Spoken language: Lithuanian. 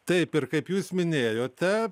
taip ir kaip jūs minėjote